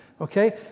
Okay